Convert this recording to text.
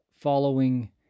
following